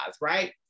Right